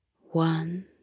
One